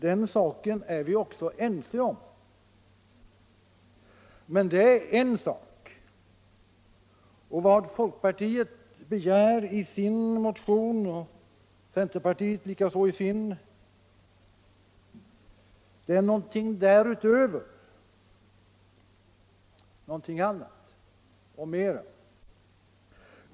Det är vi också ense om, men det är en sak. Vad folkpartiet begär i sin motion och centerpartiet i sin är någonting därutöver.